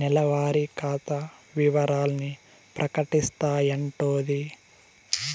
నెలవారి ఖాతా ఇవరాల్ని ప్రకటిస్తాయంటోది